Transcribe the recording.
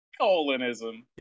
Colonism